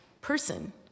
person